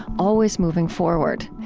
always moving forward.